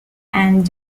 and